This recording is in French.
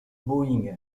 boeing